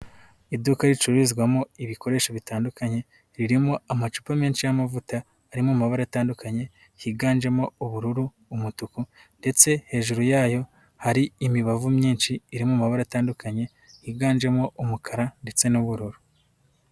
Iduka ricururizwamo ibikoresho bitandukanye, ririmo amacupa menshi y'amavuta ari mu mabara atandukanye higanjemo ubururu, umutuku ndetse hejuru yayo hari imibavu myinshi iri mu mabara atandukanye yiganjemo umukara ndetse n'ubururu.